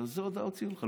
איזה הודעה הוציאו עליך?